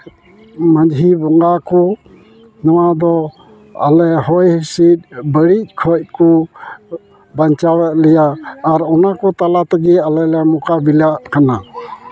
ᱢᱟᱹᱡᱷᱤ ᱵᱚᱸᱜᱟ ᱠᱚ ᱱᱚᱣᱟ ᱫᱚ ᱟᱞᱮ ᱦᱚᱭ ᱦᱤᱸᱥᱤᱫ ᱵᱟᱹᱲᱤᱡ ᱠᱷᱚᱡ ᱠᱚ ᱵᱟᱧᱪᱟᱣᱮᱫ ᱞᱮᱭᱟ ᱟᱨ ᱚᱱᱟ ᱠᱚ ᱛᱟᱞᱟ ᱛᱮᱜᱮ ᱟᱞᱮ ᱞᱮ ᱢᱚᱠᱟ ᱵᱤᱞᱟᱜ ᱠᱟᱱᱟ